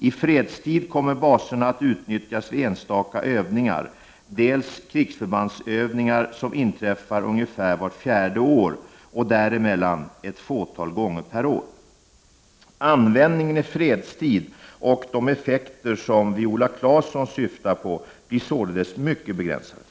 I fredstid kommer baserna att utnyttjas vid enstaka övningar, dels krigsförbandsövningar som inträffar ungefär vart fjärde år, dels däremellan andra övningar ett fåtal gånger per år. Användningen i fredstid och de effekter som Viola Claesson syftar på blir således mycket begränsade.